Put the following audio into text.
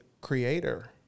creator